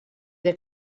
era